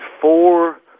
four